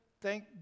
thank